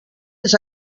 les